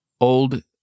old